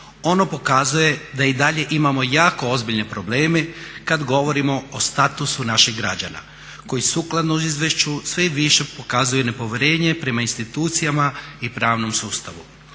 Ono pokazuje da i dalje imamo jako ozbiljne probleme kada govorimo o statusu naših građana koji sukladno izvješću sve više pokazuju nepovjerenje prema institucijama i pravnom sustavu.